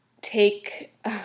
take